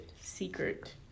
secret